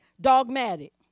dogmatic